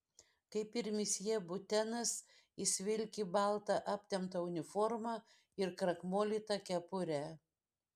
kaip ir misjė butenas jis vilki baltą aptemptą uniformą ir krakmolytą kepurę